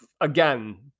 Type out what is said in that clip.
again